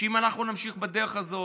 שאם אנחנו נמשיך בדרך הזאת,